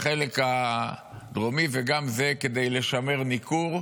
בחלק הדרומי, וגם זה כדי לשמר ניכור.